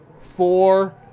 four